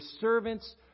servants